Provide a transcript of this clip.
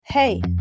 Hey